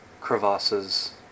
Crevasses